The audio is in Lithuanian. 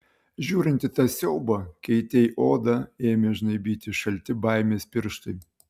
žiūrint į tą siaubą keitei odą ėmė žnaibyti šalti baimės pirštai